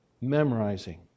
memorizing